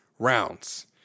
Rounds